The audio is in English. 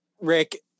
rick